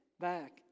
back